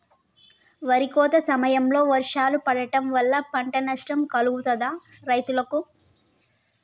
వరి కోత సమయంలో వర్షాలు పడటం వల్ల పంట నష్టం కలుగుతదా రైతులకు?